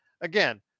again